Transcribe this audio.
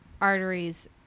arteries